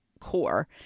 core